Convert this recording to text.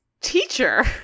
teacher